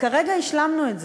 כרגע השלמנו את זה.